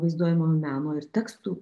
vaizduojamojo meno ir tekstų